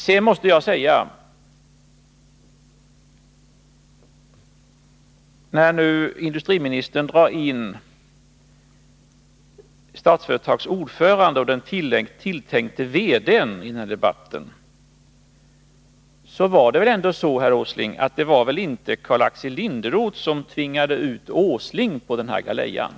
Sedan måste jag säga, när industriministern nu i den här debatten drar in Statsföretags ordförande och den tilltänkte VD:n där, att det väl ändå inte var Karl-Axel Linderoth som tvingade ut herr Åsling på den här galejan.